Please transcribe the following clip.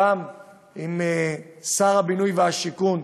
גם עם שר הבינוי והשיכון,